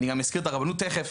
ואני גם אזכיר את הרבנות תיכף,